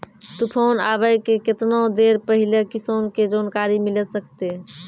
तूफान आबय के केतना देर पहिले किसान के जानकारी मिले सकते?